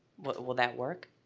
will that work?